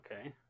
Okay